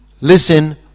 listen